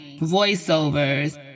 voiceovers